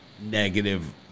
negative